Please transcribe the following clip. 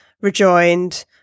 Rejoined